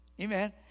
Amen